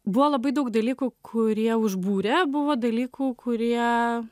buvo labai daug dalykų kurie užbūrė buvo dalykų kurie